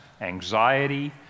anxiety